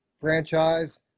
franchise